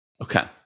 Okay